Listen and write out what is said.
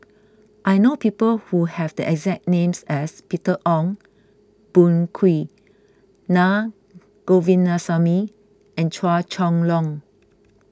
I know people who have the exact names as Peter Ong Boon Kwee Na Govindasamy and Chua Chong Long